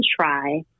try